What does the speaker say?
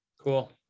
Cool